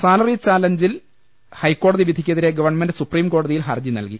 salary ചലഞ്ചിൽ ഹൈക്കോടതി വിധിക്കെതിരെ ഗവൺമെന്റ് സുപ്രീംകോടതിയിൽ ഹർജി നൽകി